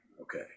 Okay